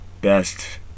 best